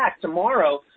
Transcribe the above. tomorrow